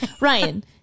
ryan